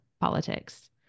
politics